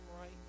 right